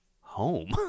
home